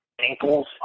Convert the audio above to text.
ankles